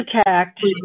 attacked